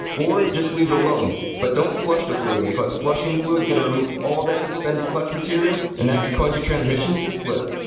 or just leave it alone. but don't flush the fluid because flushing the fluid is going to remove all that suspended clutch material and that could cause your transmission to slip.